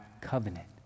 covenant